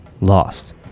lost